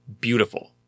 beautiful